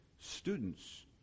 students